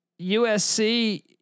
USC